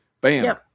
Bam